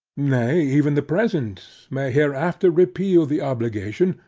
nay, even the present, may hereafter repeal the obligation,